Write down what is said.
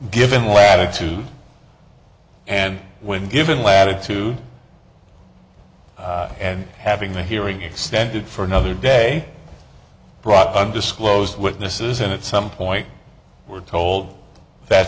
given latitude and when given latitude and having the hearing extended for another day brought undisclosed witnesses and at some point we're told that